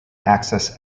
access